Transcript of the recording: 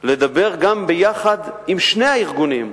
לדבר גם, יחד עם שני הארגונים,